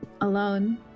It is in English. alone